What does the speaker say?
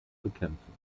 bekämpfen